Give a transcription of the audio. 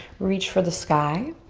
reach for the sky.